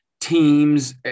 teams